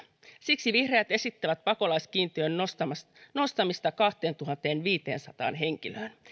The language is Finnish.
siksi vihreät esittävät pakolaiskiintiön nostamista nostamista kahteentuhanteenviiteensataan henkilöön